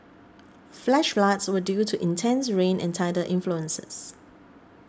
flash floods were due to intense rain and tidal influences